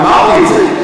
אמרתי את זה.